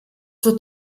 wird